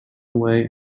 away